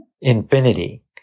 infinity